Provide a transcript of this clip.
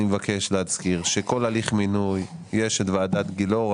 אני מבקש להזכיר שכל הליך מינוי יש את ועדת גילאור,